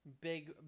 big